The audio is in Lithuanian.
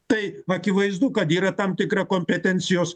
tai akivaizdu kad yra tam tikra kompetencijos